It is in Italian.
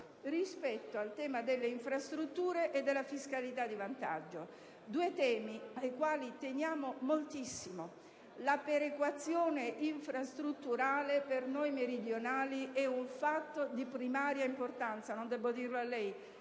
priorità al tema delle infrastrutture e della fiscalità di vantaggio. Si tratta di due temi ai quali teniamo moltissimo. La perequazione infrastrutturale per noi meridionali è un fatto di primaria importanza: non devo certo dirlo a lei,